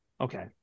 okay